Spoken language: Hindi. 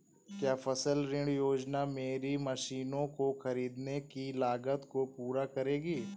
क्या फसल ऋण योजना मेरी मशीनों को ख़रीदने की लागत को पूरा करेगी?